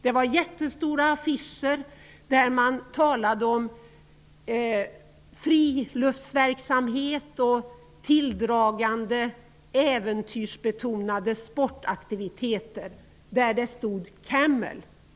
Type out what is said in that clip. Det fanns jättestora affischer som talade om friluftsverksamhet och tilldragande äventyrsbetonade sportaktiviteter där det stod ''Camel''.